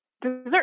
dessert